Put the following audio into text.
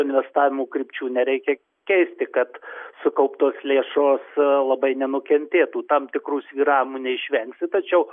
investavimo krypčių nereikia keisti kad sukauptos lėšos labai nenukentėtų tam tikrų svyravimų neišvengsi tačiau